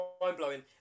mind-blowing